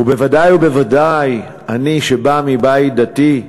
ובוודאי ובוודאי שאני, שבא מבית דתי,